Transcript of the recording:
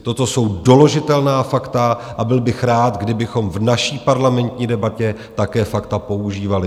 Toto jsou doložitelná fakta a byl bych rád, kdybychom v naší parlamentní debatě také fakta používali.